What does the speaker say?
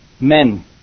men